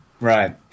Right